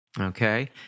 Okay